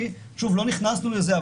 לא נכנסו לזה,